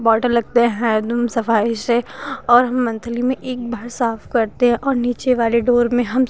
bottle लगते हैं एकदम सफाई से और हम मंथली में एक भर साफ करते हैं और नीचे वाले डोर में हम